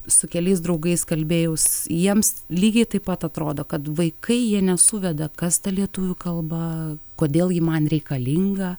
su keliais draugais kalbėjaus jiems lygiai taip pat atrodo kad vaikai jie nesuveda kas ta lietuvių kalba kodėl ji man reikalinga